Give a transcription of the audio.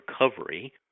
recovery